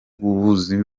buzi